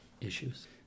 issues